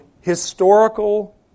historical